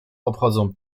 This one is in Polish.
obchodzą